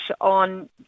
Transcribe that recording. on